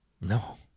No